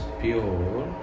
pure